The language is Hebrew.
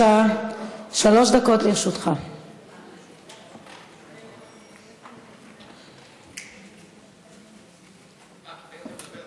זה אלייך ואל יאיר לפיד, תודה רבה, חברת הכנסת